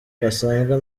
gasanzwe